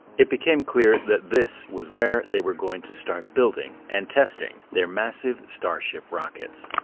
it became clear that this was where they were going to start building and testing their massive starship rockets.